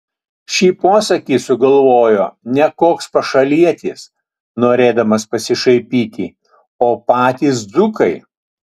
šį posakį sugalvojo ne koks pašalietis norėdamas pasišaipyti o patys dzūkai